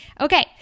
Okay